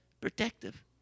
protective